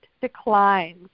declines